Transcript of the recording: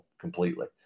completely